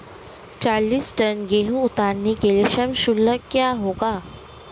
चालीस टन गेहूँ उतारने के लिए श्रम शुल्क क्या होगा?